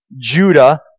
Judah